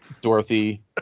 Dorothy